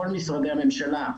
כל משרדי הממשלה,